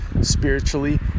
spiritually